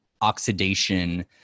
oxidation